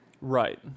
Right